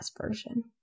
version